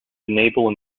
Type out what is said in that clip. enable